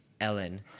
Ellen